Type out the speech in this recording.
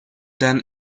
then